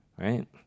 right